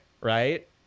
right